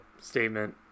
statement